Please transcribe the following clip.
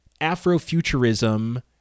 Afrofuturism